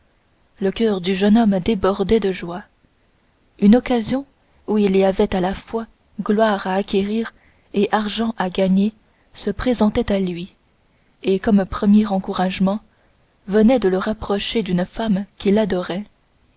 le coeur du jeune homme débordait de joie une occasion où il y avait à la fois gloire à acquérir et argent à gagner se présentait à lui et comme premier encouragement venait de le rapprocher d'une femme qu'il adorait